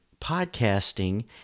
podcasting